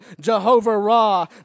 Jehovah-Ra